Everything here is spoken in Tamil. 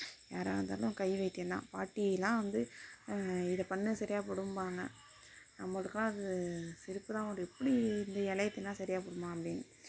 யாராக இருந்தாலும் கை வைத்தியம் தான் பாட்டிலாம் வந்து இதை பண்ணு சரியா போய்டும்பாங்க நம்மளுக்குலாம் அது சிரிப்பு தான் வரும் எப்படி இந்த இலைய தின்றா சரியாகி போய்டுமா அப்படினு